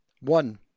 one